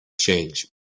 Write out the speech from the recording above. change